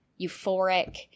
euphoric